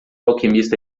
alquimista